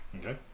Okay